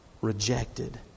rejected